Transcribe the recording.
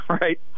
right